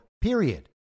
period